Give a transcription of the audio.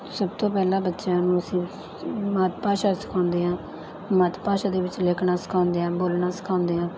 ਸਭ ਤੋਂ ਪਹਿਲਾਂ ਬੱਚਿਆਂ ਨੂੰ ਅਸੀਂ ਮਾਤ ਭਾਸ਼ਾ ਸਿਖਾਉਂਦੇ ਹਾਂ ਮਾਤ ਭਾਸ਼ਾ ਦੇ ਵਿੱਚ ਲਿਖਣਾ ਸਿਖਾਉਂਦੇ ਹਾਂ ਬੋਲਣਾ ਸਿਖਾਉਂਦੇ ਹਾਂ